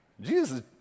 Jesus